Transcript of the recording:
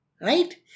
right